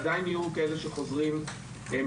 עדיין יהיו כאלה שחוזרים מחו"ל.